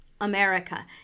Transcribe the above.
America